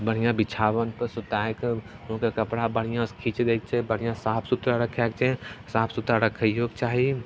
बढ़िआँ बिछावनपर सुतैके हुनकर कपड़ा बढ़िआँसे खीचि दैके छै बढ़िआँसे साफ सुथरा रखैके छै साफ सुथरा रखैओके चाही